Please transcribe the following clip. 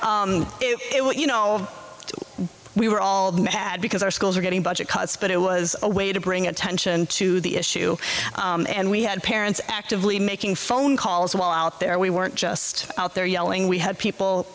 what you know we were all mad because our schools are getting budget cuts but it was a way to bring attention to the issue and we had parents actively making phone calls while out there we weren't just out there yelling we had people